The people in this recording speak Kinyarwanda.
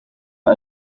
iyi